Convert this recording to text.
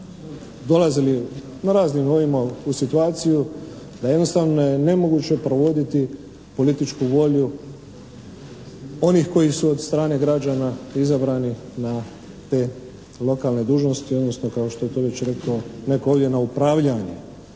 dolazili na raznim nivoima u situaciju da jednostavno je nemoguće provoditi političku volju onih koji su od strane građana izabrani na te lokalne dužnosti, odnosno kao što je to već rekao netko ovdje na upravljanje,